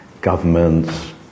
governments